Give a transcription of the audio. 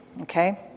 Okay